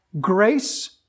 grace